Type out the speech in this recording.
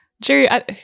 Jerry